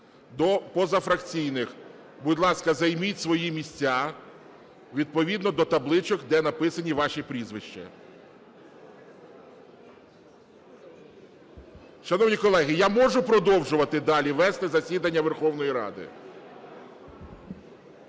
до позафракційних. Будь ласка, займіть свої місця відповідно до табличок, де написані ваші прізвища. Шановні колеги, я можу продовжувати далі вести засідання Верховної Ради?